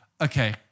Okay